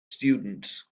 students